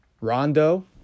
Rondo